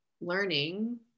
learning